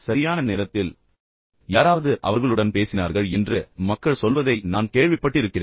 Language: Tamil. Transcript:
சரியான நேரத்தில் யாராவது அவர்களுடன் பேசினார்கள் என்று மக்கள் சொல்வதை நான் கேள்விப்பட்டிருக்கிறேன்